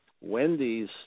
Wendy's